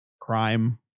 Crime